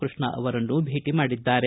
ಕೃಷ್ಣ ಅವರನ್ನು ಭೇಟಿ ಮಾಡಿದ್ದಾರೆ